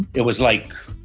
it was like.